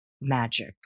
magic